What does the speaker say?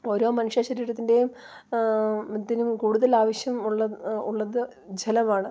ഓരോ മനുഷ്യ ശരീരത്തിൻ്റെയും ഇതിന് കൂടുതൽ ആവശ്യം ഉള്ളത് ജലമാണ്